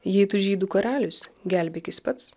jei tu žydų karalius gelbėkis pats